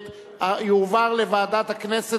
בעד,